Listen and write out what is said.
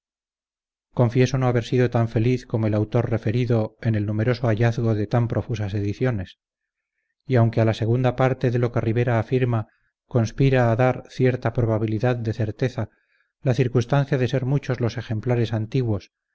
confieso no haber sido tan feliz como el autor referido en el numeroso hallazgo de tan profusas ediciones y aunque a la segunda parte de lo que rivera afirma conspira a dar cierta probabilidad de certeza la circunstancia de ser muchos los ejemplares antiguos